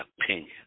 opinion